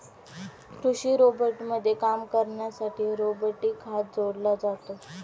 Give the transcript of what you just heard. कृषी रोबोटमध्ये काम करण्यासाठी रोबोटिक हात जोडला जातो